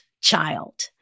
child